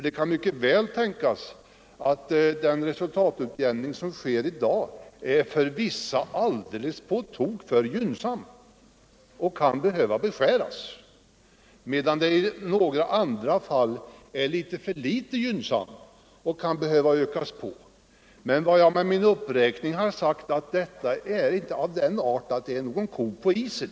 Det kan mycket väl tänkas att den resultatutjämning som sker i dag är på tok för gynnsam för vissa företagare och kan behöva beskäras, medan den i andra fall är för litet gynnsam och kan behöva utökas. Vad jag har velat framföra med min uppräkning är att de eventuella orättvisorna i detta fall är av den arten att det inte är någon ko på isen.